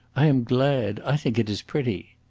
i am glad. i think it is pretty.